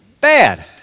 bad